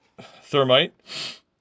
Thermite